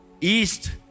East